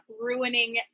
ruining